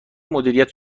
مدیریت